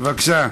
בבקשה.